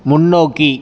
முன்னோக்கி